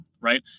right